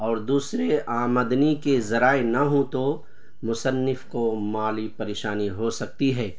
اور دوسری آمدنی کے ذرائع نہ ہو تو مصنف کو مالی پریشانی ہو سکتی ہے